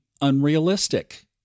unrealistic